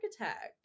Architect